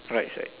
price right